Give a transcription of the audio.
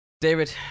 David